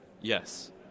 Yes